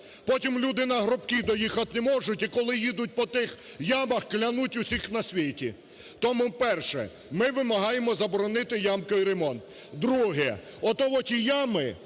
Потім люди на гробки доїдати не можуть, і коли їдуть по тих ямах, клянуть усіх на світі. Тому перше. Ми вимагаємо заборонити ямковий ремонт. Друге. Ото оті ями…